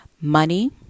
money